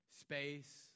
space